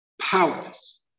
powerless